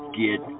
get